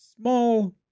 small